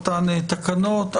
אותן תקנות,